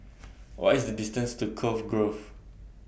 What IS The distance to Cove Grove